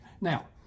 now